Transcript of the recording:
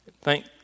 Thank